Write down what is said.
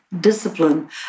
discipline